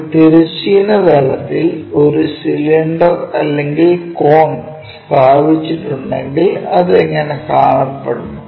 ഒരു തിരശ്ചീന തലത്തിൽ ഒരു സിലിണ്ടർ അല്ലെങ്കിൽ കോൺ സ്ഥാപിച്ചിട്ടുണ്ടെങ്കിൽ അത് എങ്ങനെ കാണപ്പെടുന്നു